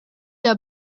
der